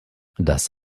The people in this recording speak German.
das